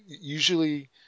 usually